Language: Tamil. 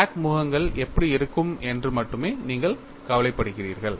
கிராக் முகங்கள் எப்படி இருக்கும் என்று மட்டுமே நீங்கள் கவலைப்படுகிறீர்கள்